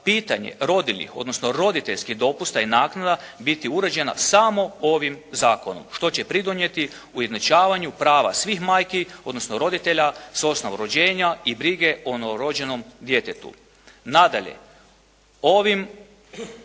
Pitanje rodiljnih odnosno roditeljskih dopusta i naknada biti uređena samo ovim zakonom što će pridonijeti ujednačavanju prava svih majki, odnosno roditelja sa osnov rođenja i brige o novorođenom djetetu. Nadalje, ovim